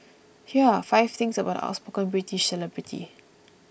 here are five things about the outspoken British celebrity